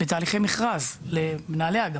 בתהליכי מכרז למנהלי האגפים,